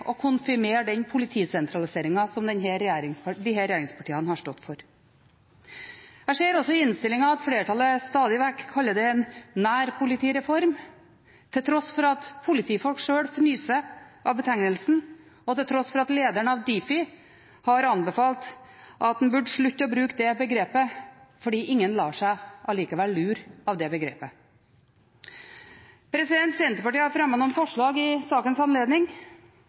å konfirmere den politisentraliseringen som disse regjeringspartiene har stått for. Jeg ser også i innstillingen at flertallet stadig vekk kaller det en nær politireform, til tross for at politifolk sjøl fnyser av betegnelsen, og til tross for at lederen av Difi har anbefalt at en burde slutte å bruke det begrepet fordi ingen likevel lar seg lure av det begrepet. Senterpartiet har fremmet noen forslag i sakens anledning.